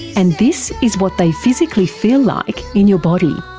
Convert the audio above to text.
and this is what they physically feel like in your body.